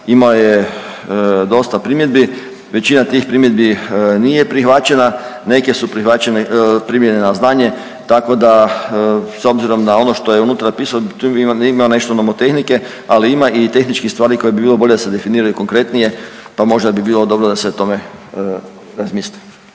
imao je dosta primjedbi. Većina tih primjedbi nije prihvaćena, neke su prihvaćene, primljene na znanje tako da s obzirom na ono što je unutra pisao tu ima nešto nomotehnike, ali ima i tehničkih stvari koje bi bilo bolje da se definiraju konkretnije, pa možda bi bilo dobro da se o tome razmisli.